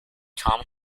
tom